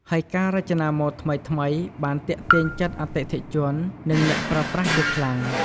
ហើយការរចនាម៉ូដថ្មីៗបានទាក់ទាញចិត្តអតិថិជន និងអ្នកប្រើប្រាស់ជាខ្លាំង។